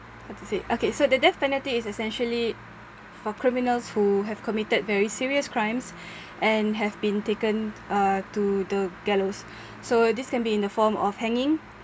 how to say okay so the death penalty is essentially for criminals who have committed very serious crimes and have been taken uh to the gallows so this can be in the form of hanging